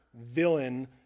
villain